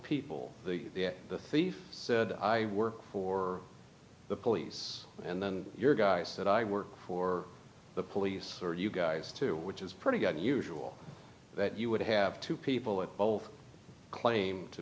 people the thief said i work for the police and then your guys that i work for the police are you guys too which is pretty unusual that you would have two people with both claim to